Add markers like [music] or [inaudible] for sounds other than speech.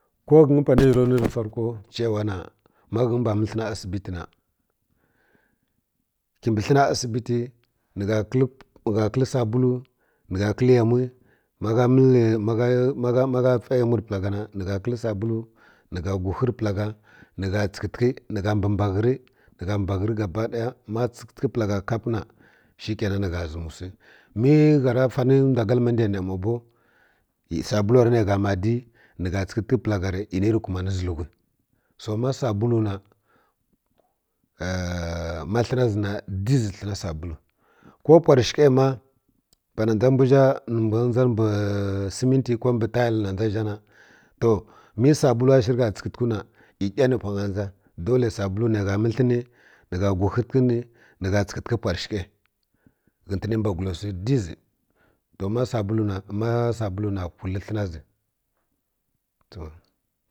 Ko ghə nyi pana [noise] rə ya ra nuwi rə fanko cewa na ma ghə nyi mbw məl hə na asibiti na kibi hə na asibiti ni gha kəl sabuluwi ni gha kəl yumuwi ma gha məl ma gha ma gha fə yamwi rə pla gha na ni gha kəl subulul hi gha ghghə pla ni tsəkəti ni gha mbə mbə ghə rə nə gha mbaghə rə gabaɗaya ma tsətəkə bla gha kap na shə kena ni gha zəmu wsi mə gha ra van ndw galma ndw ndaidang ma bud subulu rə nə gha mma di ni ghə tsəkə ti pla gha ni iyi ni rə kunani zilhudi so ma sabulu na [hesitation] ma hə na zi dizi hə na sabulu ko pwar shəkə ma pana dʒa mbar zha ni mbw dʒu mbi sə səminti ko mbi tilə na dʒa zha na to mə sabulu wa shi rə ghə tsətekə na nɗani pwanga dʒu dale sabulu nə gha məl elə nə ni gha ghghə tə ni ni ghə tsəkəti pwar shəkai ghə tə ni mbugu lo wsi diʒi to ma sabulu ma sabulu na kul hə na ti.